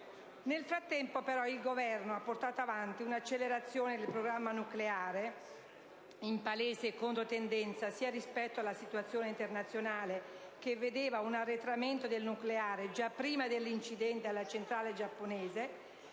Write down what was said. Nel frattempo, però, il Governo ha portato avanti una accelerazione del programma nucleare, in palese controtendenza sia rispetto alla situazione internazionale, che vedeva un arretramento del nucleare già prima dell'incidente alla centrale giapponese,